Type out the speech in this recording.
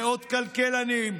מאות כלכלנים,